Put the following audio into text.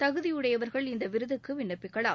தகுதியுடையவர்கள் இந்த விருதுக்கு விண்ணப்பிக்கலாம்